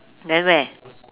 then where